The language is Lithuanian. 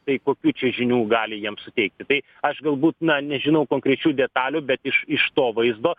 tai kokių čia žinių gali jiems suteikti tai aš galbūt na nežinau konkrečių detalių bet iš iš to vaizdo